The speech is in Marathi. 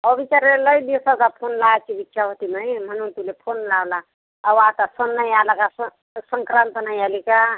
अहो विचार आहे लई दिवसाचा फोन लावायची इच्छा होती नाही म्हणून तुला फोन लावला अहो आता सण नाही आला का सं संक्रांत नाही आली कां